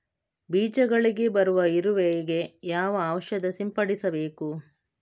ಬೀಜಗಳಿಗೆ ಬರುವ ಇರುವೆ ಗೆ ಯಾವ ಔಷಧ ಸಿಂಪಡಿಸಬೇಕು?